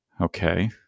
Okay